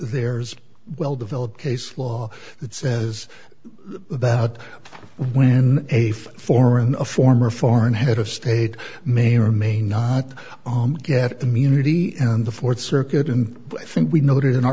there's well developed case law that says about when a foreign a former foreign head of state may or may not get immunity and the fourth circuit and i think we noted in our